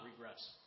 regress